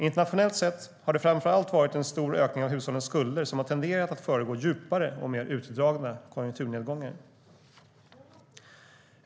Internationellt sett har det framför allt varit en stor ökning av hushållens skulder som har tenderat att föregå djupare och mer utdragna konjunkturnedgångar.